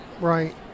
Right